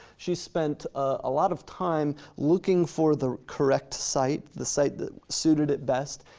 she spent a lot of time looking for the correct site, the site that suited it best,